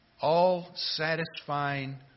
all-satisfying